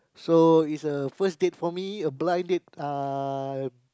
so is a first date for me a blind date uh